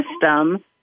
system